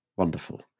Wonderful